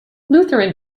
lutheran